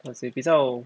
how to say 比较